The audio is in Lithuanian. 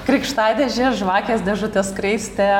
krikštadėžė žvakės dėžutės skraistė